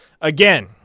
again